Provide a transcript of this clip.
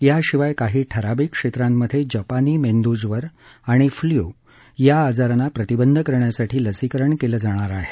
याशिवाय काही ठराविक क्षेत्रांमध्ये जपानी मेंदूज्वर आणि फ्ल्यू या आजारांना प्रतिबंध करण्यासाठी लसीकरण केलं जाणार आहे